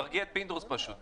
תרגיע את פינדרוס פשוט.